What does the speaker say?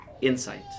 insight